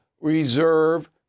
reserve